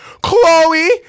Chloe